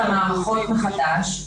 צריך לסדר את המערכות מחדש,